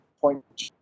point